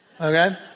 okay